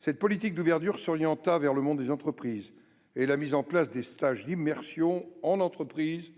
cette politique d'ouverture s'orienta tout particulièrement vers le monde des entreprises et la mise en place de stages d'immersion en entreprises